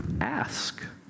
ask